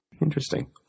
Interesting